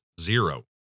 zero